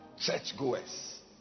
churchgoers